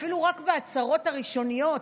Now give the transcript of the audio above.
אפילו רק בהצהרות הראשוניות,